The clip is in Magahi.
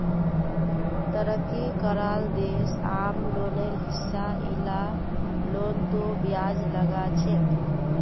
तरक्की कराल देश आम लोनेर हिसा इला लोनतों ब्याज लगाछेक